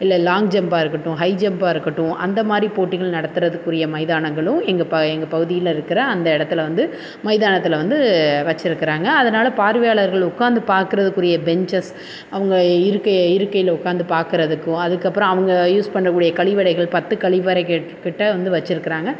இல்லை லாங் ஜம்ப்பாக இருக்கட்டும் ஹை ஜம்ப்பாக இருக்கட்டும் அந்த மாதிரி போட்டிகள் நடத்தறதுக்குரிய மைதானங்களும் எங்கள் ப எங்கள் பகுதியில் இருக்கிற அந்த இடத்துல வந்து மைதானத்தில் வந்து வச்சிருக்கறாங்க அதனால் பார்வையாளர்கள் உட்காந்து பார்க்கறதுக்குரிய பென்ச்செஸ் அவங்க இருக்கை இருக்கையில் உட்காந்து பார்க்கறதுக்கும் அதுக்கப்புறம் அவங்க யூஸ் பண்ணக்கூடிய கழிவறைகள் பத்து கழிவறைகள் கிட்ட வந்து வச்சிருக்கறாங்க